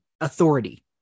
authority